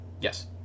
Yes